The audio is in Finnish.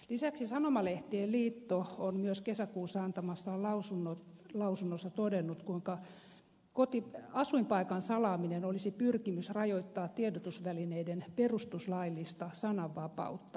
lisäksi sanomalehtien liitto on myös kesäkuussa antamassaan lausunnossa todennut kuinka asuinpaikan salaaminen olisi pyrkimys rajoittaa tiedotusvälineiden perustuslaillista sananvapautta